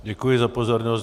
Děkuji za pozornost.